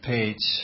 Page